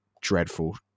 dreadful